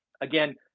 again